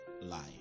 life